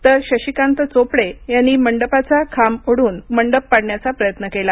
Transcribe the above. तर शशिकांत चोपडे यांनी मंडपाचा खांब ओढून मंडप पाडण्याचा प्रयत्न केला